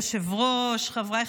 להודיעכם,